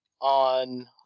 on